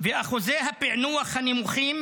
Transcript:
ואחוזי הפענוח הנמוכים,